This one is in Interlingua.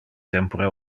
tempore